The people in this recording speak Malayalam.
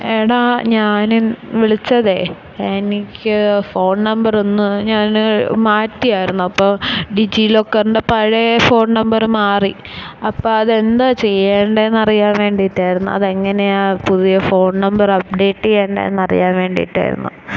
എടാ ഞാൻ വിളിച്ചതെ എനിക്ക് ഫോണ് നമ്പര് ഒന്നു ഞാൻ മാറ്റിയായിരുന്നു അപ്പോൾ ഡിജി ലോക്കറിന്റെ പഴയ ഫോണ് നമ്പർ മാറി അപ്പം അത് എന്താ ചെയ്യേണ്ടതെന്ന് അറിയുക വേണ്ടിയിട്ടായിരുന്നു അത് എങ്ങനെയാണ് പുതിയ ഫോണ് നമ്പര് അപ്ഡേറ്റ് ചെയ്യേണ്ടേ എന്നു അറിയുക വേണ്ടിയിട്ടായിരുന്നു